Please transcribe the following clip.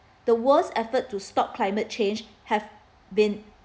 the world's effort to stop climate change have been